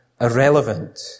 irrelevant